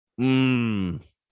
Mmm